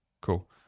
Cool